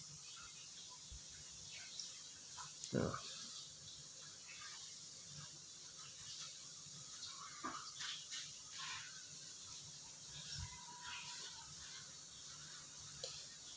ya